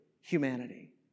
humanity